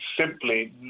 simply